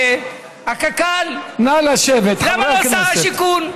למה לא שר השיכון?